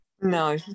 No